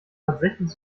tatsächlich